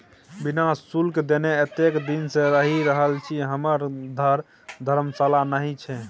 बिना शुल्क देने एतेक दिन सँ रहि रहल छी हमर घर धर्मशाला नहि छै